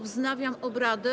Wznawiam obrady.